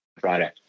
Friday